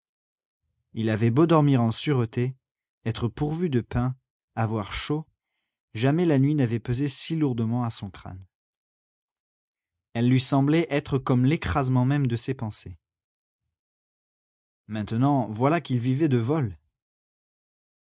il avait beau dormir en sûreté être pourvu de pain avoir chaud jamais la nuit n'avait pesé si lourdement à son crâne elle lui semblait être comme l'écrasement même de ses pensées maintenant voilà qu'il vivait de vols